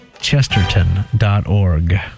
Chesterton.org